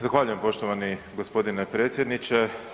Zahvaljujem poštovani gospodine predsjedniče.